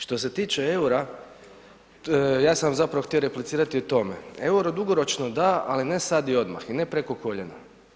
Što se tiče EUR-a, ja sam vam zapravo htio replicirati u tome, EUR-o dugoročno da, ali ne sad i odmah i ne preko koljena.